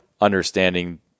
understanding